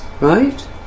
right